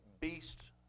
beast